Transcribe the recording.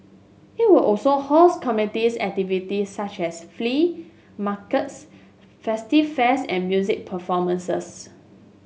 it will also host communities activities such as flea markets festive fairs and music performances